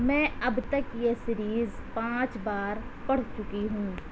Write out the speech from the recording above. میں اب تک یہ سیریز پانچ بار پڑھ چکی ہوں